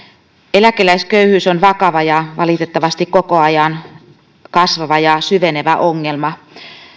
eläkeläisköyhyys on vakava ja valitettavasti koko ajan kasvava ja syvenevä ongelma